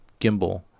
gimbal